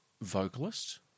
vocalist